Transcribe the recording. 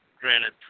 granted